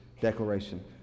declaration